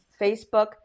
Facebook